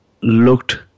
looked